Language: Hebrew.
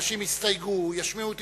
אנשים יסתייגו, ישמיעו את